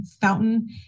fountain